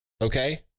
okay